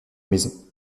maison